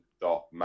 Dot